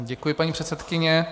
Děkuji, paní předsedkyně.